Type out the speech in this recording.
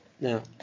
Now